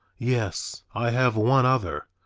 yes, i have one other,